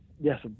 Yes